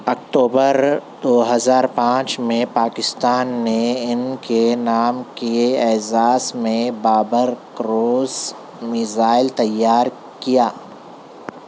اکتوبر دو ہزار پانچ میں پاکستان نے ان کے نام کے اعزاز میں بابر کروس میزائل تیار کیا